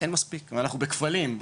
אין מספיק ואנחנו בקפלים,